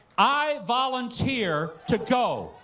i volunteer to go.